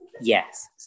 yes